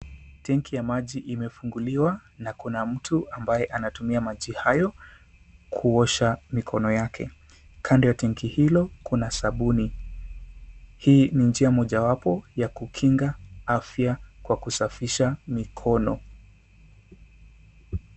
Tenki ya maji imefunguliwa na Kuna mtu ambaye anatumia maji hayo kuosha mikono yake .Kando ya tenki hilo Kuna sabuni .Hii ni njia mojawapo ya kukinga afya kwa kusafisha mikono.